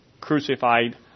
crucified